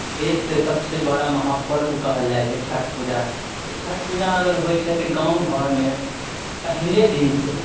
देशके सबसँ बड़ा महा पर्व कहल जाइ छै छठ पूजा तऽ छठ पूजा अगर होइ छै तऽ गाँव घरमे पहिले दिन सँ